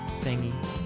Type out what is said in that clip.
Thingy